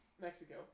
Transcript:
Mexico